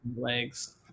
legs